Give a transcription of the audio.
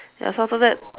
ya so after that